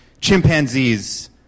chimpanzees